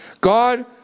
God